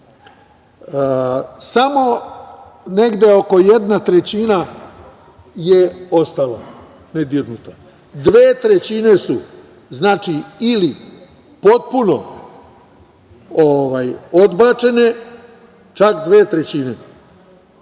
samo negde oko jedna trećina je ostala nedirnuta. Dve trećine su ili potpuno odbačene, čak dve trećine,